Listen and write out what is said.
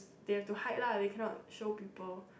they have to hide lah they cannot show people